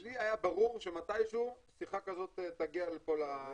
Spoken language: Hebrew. לי היה ברור שמתי שהוא שיחה כזאת תגיע לפה.